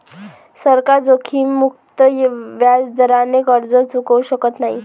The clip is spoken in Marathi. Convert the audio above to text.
सरकार जोखीममुक्त व्याजदराने कर्ज चुकवू शकत नाही